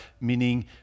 meaning